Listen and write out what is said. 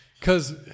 Cause